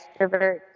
extrovert